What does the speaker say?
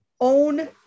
own